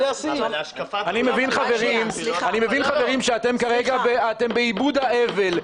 אני מבין, חברים, שאתם כרגע בעיבוד האבל.